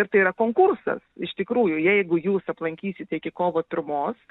ir tai yra konkursas iš tikrųjų jeigu jūs aplankysit iki kovo pirmos